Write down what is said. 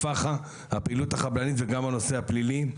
הפעילות החבלנית וגם הנושא הפלילי.